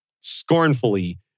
scornfully